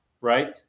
right